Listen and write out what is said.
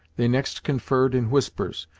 they next conferred in whispers,